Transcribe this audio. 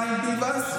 חיים ביבס,